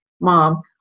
mom